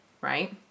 right